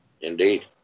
indeed